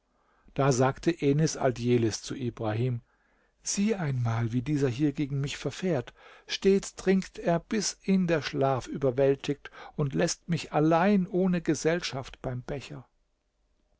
da sagte enis aldjelis zu ibrahim sieh einmal wie dieser hier gegen mich verfährt stets trinkt er bis ihn der schlaf überwältigt und läßt mich allein ohne gesellschaft beim becher